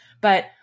but-